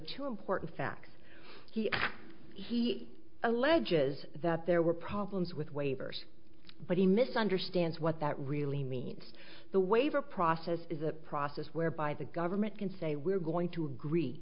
two important facts he he alleges that there were problems with waivers but he misunderstands what that really means the waiver process is a process whereby the government can say we're going to agree